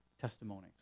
testimonies